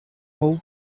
whole